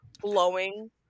blowing